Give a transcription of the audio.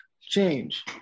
change